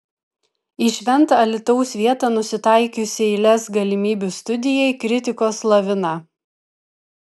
į šventą alytaus vietą nusitaikiusiai lez galimybių studijai kritikos lavina